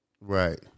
Right